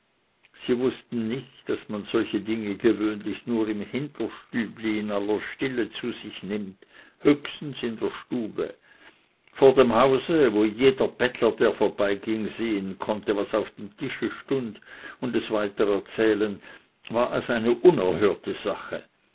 sie wußten nicht daß man solche dinge gewöhnlich nur im hinterstübli in aller stille zu sich nimmt höchstens in der stube vor dem hause wo jeder bettler der vorbeiging sehen konnte was auf dem tische stund und es weiter erzählen war es eine unerhörte sache